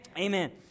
Amen